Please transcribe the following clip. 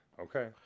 Okay